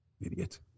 Idiot